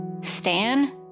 Stan